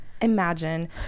Imagine